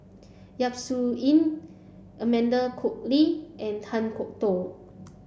Yap Su Yin Amanda Koe Lee and Kan Kwok Toh